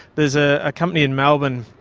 there's a company in melbourne,